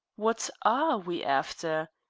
what are we after?